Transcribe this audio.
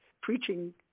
preaching